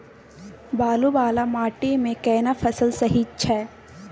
बालू वाला माटी मे केना फसल सही छै?